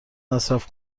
مصرف